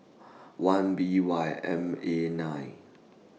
one B Y M A nine